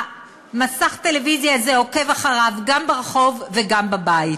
מסך הטלוויזיה הזה עוקב אחריו גם ברחוב וגם בבית.